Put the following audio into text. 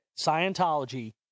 Scientology